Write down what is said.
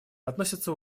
относится